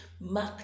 Mark